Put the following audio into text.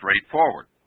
straightforward